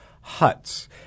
huts